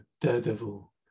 Daredevil